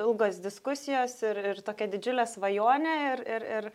ilgos diskusijos ir ir tokia didžiulė svajonė ir ir ir